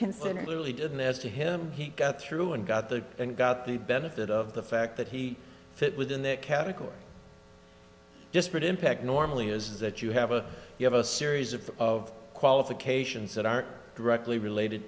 considering literally did this to him he got through and got the and got the benefit of the fact that he fit within that category disparate impact normally is that you have a you have a series of of qualifications that are directly related